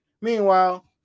Meanwhile